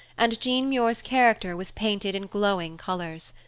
and jean muir's character was painted in glowing colors.